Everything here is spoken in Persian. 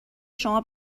شما